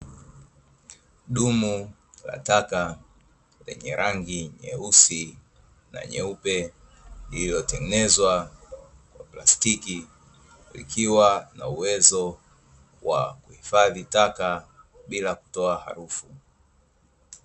Dumu la taka lenye rangi nyeusi na nyeupe iliyotengenezwa kwa plastiki, likiwa na uwezo wa kuhifadhi taka bika kutoa harufu.